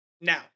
Now